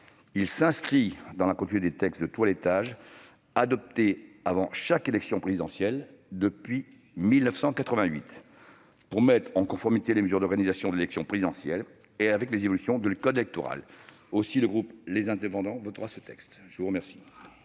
Il s'inscrit dans la continuité des textes de toilettage adoptés avant chaque élection présidentielle depuis 1988 pour mettre en conformité les mesures d'organisation de l'élection présidentielle avec les évolutions du code électoral. Aussi, le groupe Les Indépendants le votera. La parole